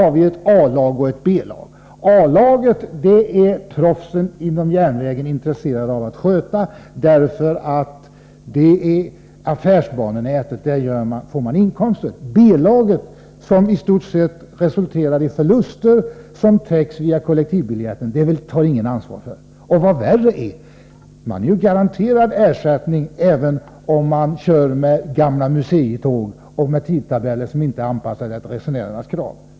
A-laget är proffsen inom järnvägen intresserade av att sköta, därför att man får inkomster från affärsbanenätet. B-laget, som i stort sett resulterar i förluster som täcks via kollektivbiljetten, tar ingen ansvar för. Vad värre är: Man är ju garanterad ersättning även om man kör med gamla museitåg och med tidtabeller som inte är anpassade efter resenärernas krav.